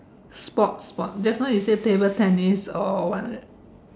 sports from just now you say table tennis or what is it